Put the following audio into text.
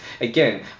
Again